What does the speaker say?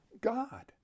God